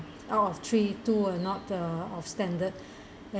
out of three two uh not the of standard then